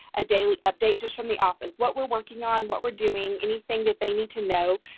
a daily update, just from the office what we're working on, what we're doing, anything that they need to know.